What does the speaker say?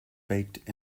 baked